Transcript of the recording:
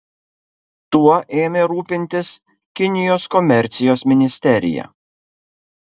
tuo ėmė rūpintis kinijos komercijos ministerija